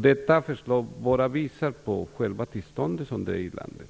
Detta förslag visar bara på tillståndet i landet.